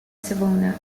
savona